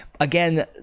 Again